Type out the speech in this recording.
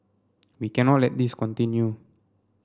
we cannot let this continue